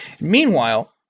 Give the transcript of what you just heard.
Meanwhile